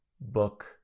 book